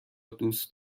دوست